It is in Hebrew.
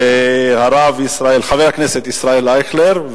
חבר הכנסת ישראל אייכלר,